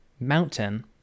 mountain